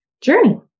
journey